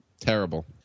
terrible